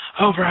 over